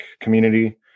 community